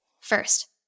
First